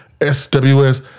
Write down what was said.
SWS